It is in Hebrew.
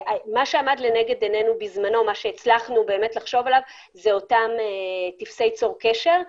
מה שעמד לנגד עינינו בזמנו זה אותם טפסי צור קשר.